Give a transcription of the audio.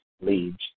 leads